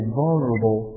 vulnerable